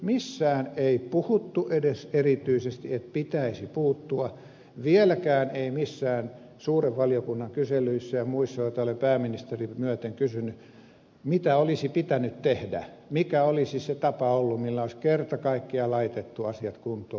missään ei edes erityisesti puhuttu että pitäisi puuttua vieläkään ei ole puhuttu missään suuren valiokunnan kyselyissä ja muissa joita olen pääministeriä myöten kysynyt mitä olisi pitänyt tehdä mikä olisi se tapa ollut millä olisi kerta kaikkiaan laitettu asiat kuntoon